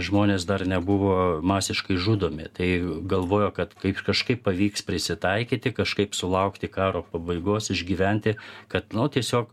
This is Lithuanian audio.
žmonės dar nebuvo masiškai žudomi tai galvojo kad kaip kažkaip pavyks prisitaikyti kažkaip sulaukti karo pabaigos išgyventi kad nu tiesiog